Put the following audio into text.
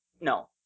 no